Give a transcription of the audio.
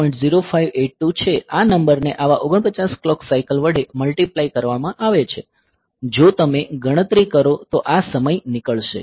0582 છે આ નંબરને આવા 49 ક્લોક સાયકલ વડે મલ્ટીપ્લાય કરવામાં આવે છે જો તમે ગણતરી કરો તો આ સમય નીકળશે